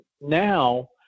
now